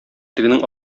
тегенең